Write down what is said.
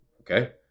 Okay